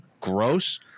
gross